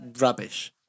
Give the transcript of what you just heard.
rubbish